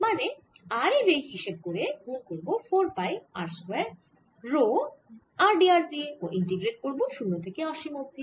মানে r এ v হিসেব করে তা গুন করব 4 পাই r square rho r d r দিয়ে ও ইন্টিগ্রেট করব শূন্য থেকে অসীম অবধি